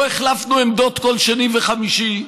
לא החלפנו עמדות כל שני וחמישי,